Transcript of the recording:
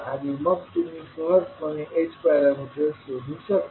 आणि मग तुम्ही सहजपणे h पॅरामीटर्स शोधू शकता